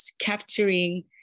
capturing